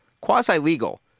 quasi-legal